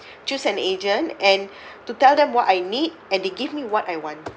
choose an agent and to tell them what I need and they give me what I want